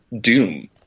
Doom